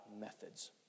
methods